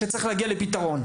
ושצריכים להגיע לפתרון.